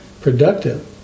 productive